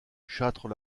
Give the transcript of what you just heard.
châtres